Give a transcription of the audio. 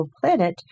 planet